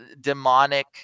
demonic